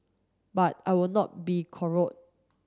but I will not be